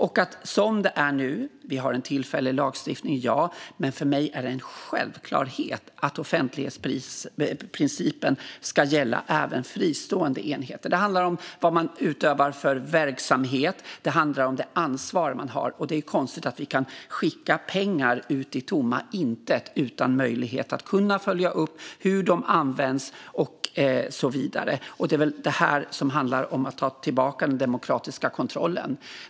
Ja, lagstiftningen är tillfällig, men för mig är det en självklarhet att offentlighetsprincipen ska gälla även fristående enheter. Det handlar om vad man utövar för verksamhet, och det handlar om det ansvar man har. Och det är konstigt att vi kan skicka pengar ut i tomma intet utan möjlighet att följa upp hur de används. Det är det här som innebär att ta tillbaka den demokratiska kontrollen.